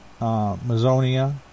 Mazonia